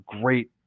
great